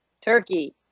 Turkey